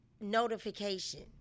notification